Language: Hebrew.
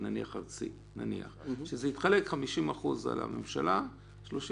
זה גוף שחי כולו באותה צורה שחיה הממשלה - שליטה,